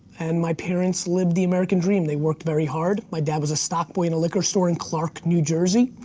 and my parents lived the american dream, they worked very hard. my dad was a stock boy in a liquor store in clark, new jersey.